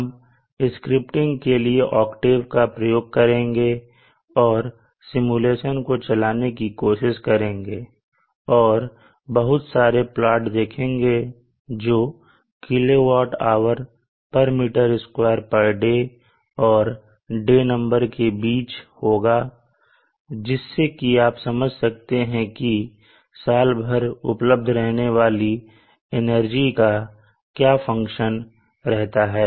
हम स्क्रिप्टिंग के लिए ऑक्टेव का प्रयोग करेंगे और सिमुलेशन को चलाने की कोशिश करेंगे और बहुत सारे प्लॉट देखेंगे जो kWhm2day और डे नंबर के बीच होगा जिससे कि आप समझ सकते हैं कि सालभर उपलब्ध रहने वाली एनर्जी का क्या फंक्शन रहता है